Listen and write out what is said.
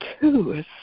two